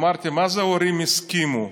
אמרתי: מה זה ההורים הסכימו?